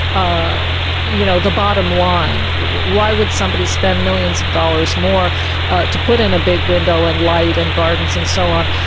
ah you know, the bottom line. why would somebody spend millions of dollars more to put in a big window, and light, and gardens and so on.